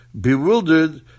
bewildered